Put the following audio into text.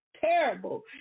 terrible